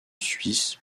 suisse